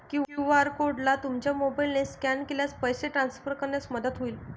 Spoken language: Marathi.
क्यू.आर कोडला तुमच्या मोबाईलने स्कॅन केल्यास पैसे ट्रान्सफर करण्यात मदत होईल